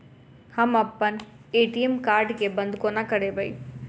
हम अप्पन ATM card केँ बंद कोना करेबै?